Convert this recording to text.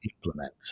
implement